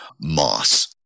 moss